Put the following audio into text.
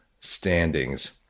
standings